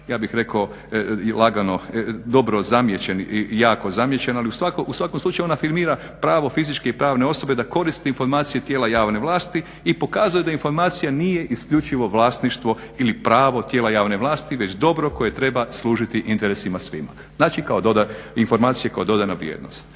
ja bih rekao lagano, dobro zamijećen i jako zamijećen, ali u svakom slučaju on afirmira pravo fizičke i pravne osobe da koristi informacije tijela javne vlasti i pokazuje da informacija nije isključivo vlasništvo ili pravo tijela javne vlasti, već dobro koje treba služiti interesima svima, znači kao, informacije